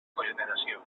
cogeneració